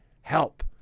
Help